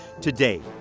Today